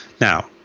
Now